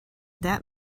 that